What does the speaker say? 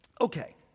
okay